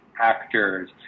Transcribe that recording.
actors